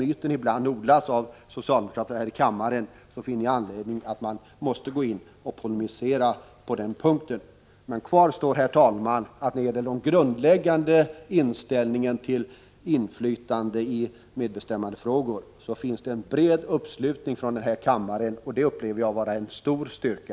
Eftersom myten odlas av socialdemokrater här i kammaren, finner jag anledning att gå in och polemisera på den punkten. Kvar står, herr talman, att det finns en bred uppslutning från kammarledamöternas sida när det gäller den grundläggande inställningen till inflytande i medbestämmandefrågor, och detta upplever jag som en stor styrka.